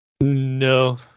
No